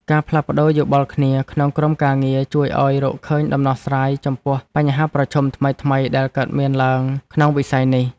ការផ្លាស់ប្តូរយោបល់គ្នាក្នុងក្រុមការងារជួយឱ្យរកឃើញដំណោះស្រាយចំពោះបញ្ហាប្រឈមថ្មីៗដែលកើតមានឡើងក្នុងវិស័យនេះ។